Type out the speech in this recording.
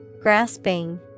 Grasping